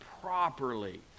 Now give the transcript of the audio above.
properly